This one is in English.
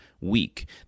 week